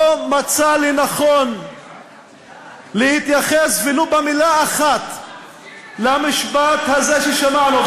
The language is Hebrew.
לא מצא לנכון להתייחס ולו במילה אחת למשפט הזה ששמענו.